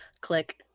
click